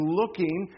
looking